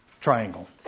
triangle